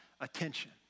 attention